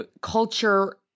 culture